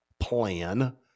plan